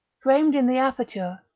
framed in the aperture,